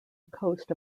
coast